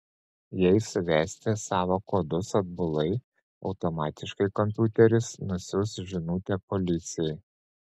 jei suvesite savo kodus atbulai automatiškai kompiuteris nusiųs žinutę policijai